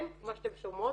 מה שאתן שומעות,